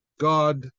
God